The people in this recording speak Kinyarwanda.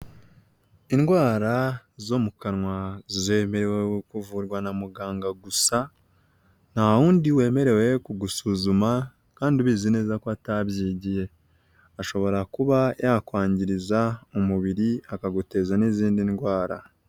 Indwara zo mu kanwa zemerewe kuvurwa na muganga gusa, ntawundi wemerewe kugusuzuma kandi ubizi neza ko atabyigiye, ashobora kuba yakwangiriza umubiri akaguteza n'izindi ndwara.